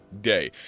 day